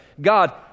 God